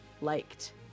liked